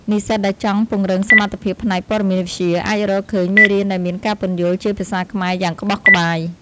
និស្សិតដែលចង់ពង្រឹងសមត្ថភាពផ្នែកព័ត៌មានវិទ្យាអាចរកឃើញមេរៀនដែលមានការពន្យល់ជាភាសាខ្មែរយ៉ាងក្បោះក្បាយ។